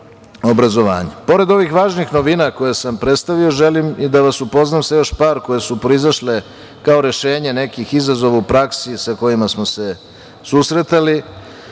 ovih važnih novina koje sam predstavio želim i da vas upoznam sa još par koje su proizašle kao rešenja nekih izazova u praksi sa kojima smo se susretali.